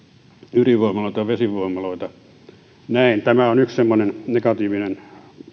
ydinvoimaloita tai vesivoimaloita tämä on yksi semmoinen negatiivinen